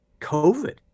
COVID